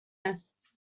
است